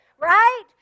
right